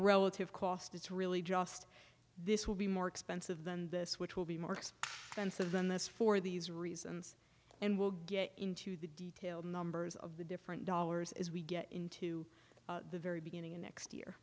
relative cost it's really just this will be more expensive than this which will be mark's answer than this for these reasons and we'll get into the detail numbers of the different dollars as we get into the very beginning of next year